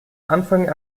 anfang